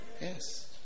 Yes